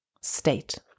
state